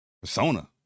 Persona